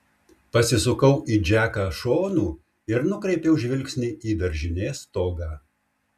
pasisukau į džeką šonu ir nukreipiau žvilgsnį į daržinės stogą